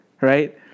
Right